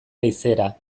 leizera